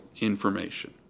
information